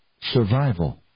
survival